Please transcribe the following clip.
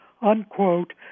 unquote